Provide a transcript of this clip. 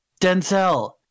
Denzel